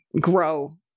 grow